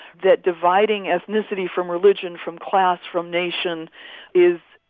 that dividing ethnicity from religion from class, from nation is,